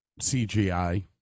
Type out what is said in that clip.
CGI